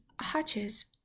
hatches